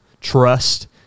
trust